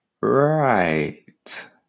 Right